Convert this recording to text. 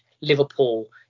liverpool